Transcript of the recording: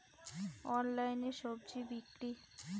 অনলাইনে স্বজি বিক্রি?